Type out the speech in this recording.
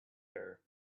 air